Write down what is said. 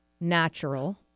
Natural